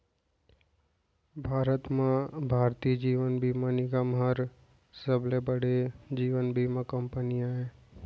भारत म भारतीय जीवन बीमा निगम हर सबले बड़े जीवन बीमा कंपनी आय